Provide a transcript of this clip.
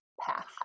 path